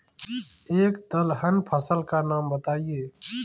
एक दलहन फसल का नाम बताइये